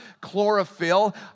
chlorophyll